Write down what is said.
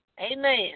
amen